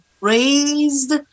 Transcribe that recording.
raised